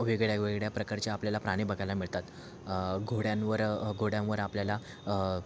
वेगळ्या वेगळ्या प्रकारचे आपल्याला प्राणी बघायला मिळतात घोड्यांवर घोड्यांवर आपल्याला